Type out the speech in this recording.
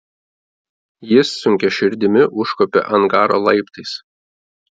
jis sunkia širdimi užkopė angaro laiptais